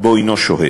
שבו הנו שוהה.